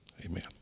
Amen